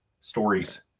stories